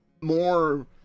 more